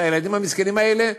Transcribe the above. שהילדים המסכנים האלה,